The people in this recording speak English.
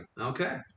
Okay